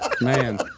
man